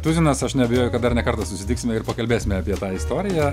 tuzinas aš neabejoju kad dar ne kartą susitiksime ir pakalbėsime apie tą istoriją